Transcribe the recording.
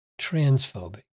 transphobic